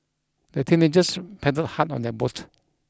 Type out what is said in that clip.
the teenagers paddled hard on their boat